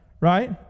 right